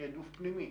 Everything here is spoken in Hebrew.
כתעדוף פנימי.